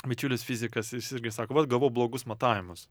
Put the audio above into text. bičiulis fizikas jis irgi sako vat gavau blogus matavimus